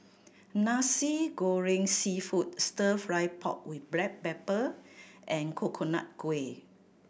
Nasi Goreng Seafood Stir Fry pork with black pepper and Coconut Kuih